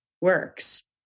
works